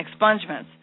expungements